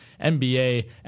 NBA